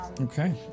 Okay